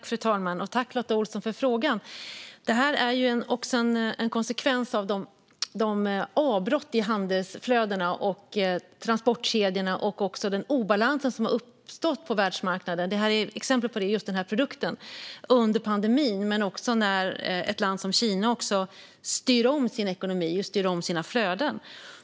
Fru talman! Jag tackar Lotta Olsson för frågan. Den här situationen är en konsekvens av avbrotten i handelsflödena och transportkedjorna samt den obalans som har uppstått på världsmarknaden under pandemin. Ett exempel på detta är just den här produkten. Det handlar också om att ett land som Kina styr om sin ekonomi och flöden.